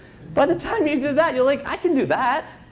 by the time you do that, you're like, i can do that.